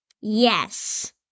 Yes